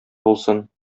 булсын